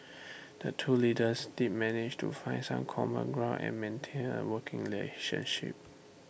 the two leaders did manage to find some common ground and maintain A working relationship